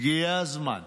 הגיע הזמן,